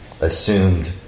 assumed